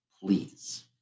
please